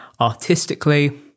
artistically